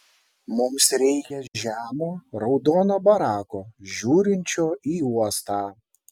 mums reikia žemo raudono barako žiūrinčio į uostą